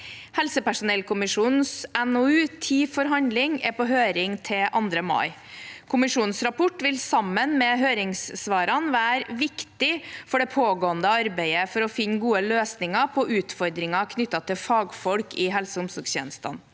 Helsepersonellkommisjonens NOU, Tid for handling, er på høring til 2. mai. Kommisjonens rapport vil sammen med høringssvarene være viktig for det pågående arbeidet for å finne gode løsninger på utfordringer knyttet til fagfolk i helse- og omsorgstjenesten.